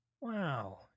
wow